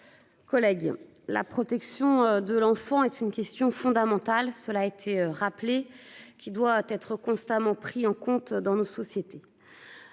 collègues, la protection de l'enfant est une question fondamentale- cela a été rappelé -qui doit être constamment prise en compte dans nos sociétés.